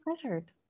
pleasured